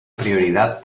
prioridad